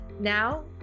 Now